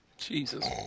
Jesus